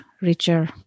richer